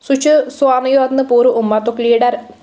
سُہ چھُ سونٕے یوت نہٕ پوٗرٕ اُمتُک لیڈَر